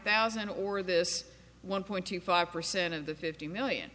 thousand or this one point two five percent of the fifty million